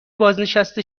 بازنشسته